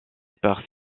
par